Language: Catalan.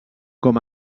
com